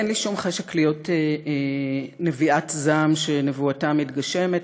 אין לי שום חשק להיות נביאת זעם שנבואתה מתגשמת,